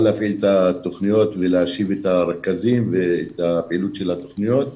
להפעיל את התוכניות ולהשיב את הרכזים את פעילות התוכניות.